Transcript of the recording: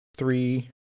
Three